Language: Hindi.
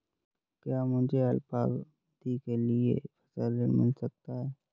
क्या मुझे अल्पावधि के लिए फसल ऋण मिल सकता है?